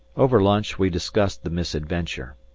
over lunch we discussed the misadventure.